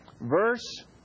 verse